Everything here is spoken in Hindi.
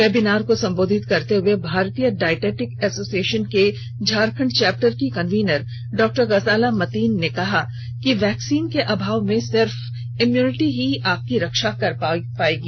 वेबिनार को संबोधित करते हए भारतीय डाइटेटिक एसोसिएशन के झारखंड चौप्टर की कन्वीनर डॉ गजाला मतीन ने कहा कि वैक्सीन के अभाव में सिर्फ इम्युनिटी ही आपकी रक्षा कर पाएगी